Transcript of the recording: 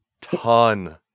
Ton